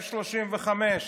F-35,